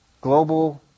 global